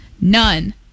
none